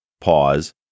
Pause